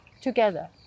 together